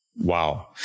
Wow